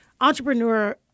entrepreneur